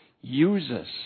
uses